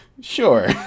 Sure